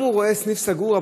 גם הוא רואה סניף סגור,